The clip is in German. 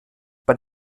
bei